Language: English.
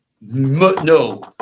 no